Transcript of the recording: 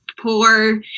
poor